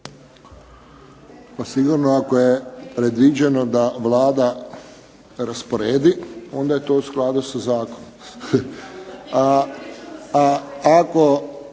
Sigurno ako je predviđeno da Vlada rasporedi onda je to u skladu sa zakonom.